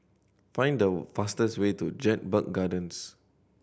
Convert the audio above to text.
find the fastest way to Jedburgh Gardens